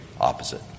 opposite